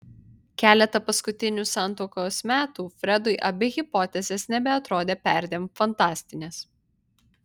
keletą paskutinių santuokos metų fredui abi hipotezės nebeatrodė perdėm fantastinės